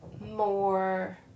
more